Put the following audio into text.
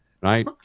Right